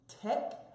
tech